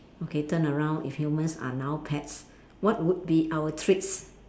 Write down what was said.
okay turn around if humans are now pets what would be our treats